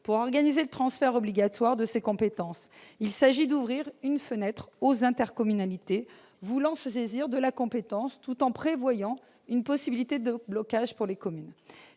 pour organiser le transfert obligatoire de ses compétences. Il s'agit d'ouvrir une fenêtre aux intercommunalités voulant se saisir de la compétence, tout en prévoyant une possibilité de blocage pour les communes.